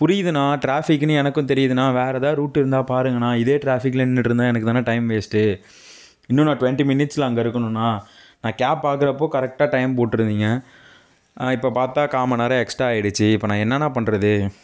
புரியுதுண்ணா ட்ராஃபிக்னு எனக்கும் தெரியுதுண்ணா வேறே எதாவது ரூட் இருந்தால் பாருங்கண்ணா இதே ட்ராஃபிக்கில் நின்னுட்டிருந்தா எனக்குதானே டைம் வேஸ்ட்டு இன்னும் நான் ட்வெண்ட்டி மினிட்ஸில் அங்கே இருக்கணுண்ணா நான் கேப் பார்க்குறப்போ கரெக்டாக டைம் போட்டிருந்திங்க இப்போ பார்த்தா கால் மணிநேரம் எக்ஸ்ட்டா ஆகிடுச்சி இப்போ நான் என்னண்ணா பண்றது